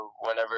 whenever